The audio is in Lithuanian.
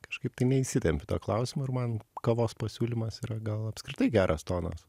kažkaip tai neįsitempi tuo klausimu ir man kavos pasiūlymas yra gal apskritai geras tonas